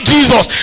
Jesus